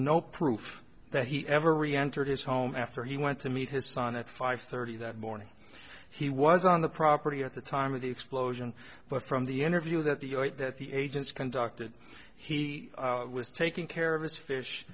no proof that he ever really entered his home after he went to meet his son at five thirty that morning he was on the property at the time of the explosion but from the interview that the that the agents conducted he was taking care of his fish